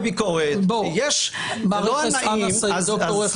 עם כל הכבוד לביקורת --- ד"ר רכס,